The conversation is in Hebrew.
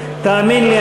תאמין לי,